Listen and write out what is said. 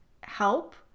help